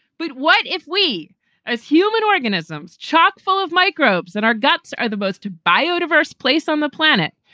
but what if we as human organisms chockfull of microbes in our guts are the most biodiverse place on the planet?